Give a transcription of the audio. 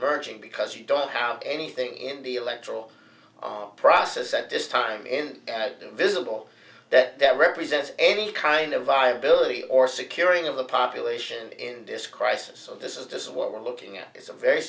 emerging because you don't have anything in the electoral process at this time in invisible that that represents any kind of viability or securing of the population and in this crisis of this is this what we're looking at is a very